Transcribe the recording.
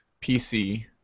PC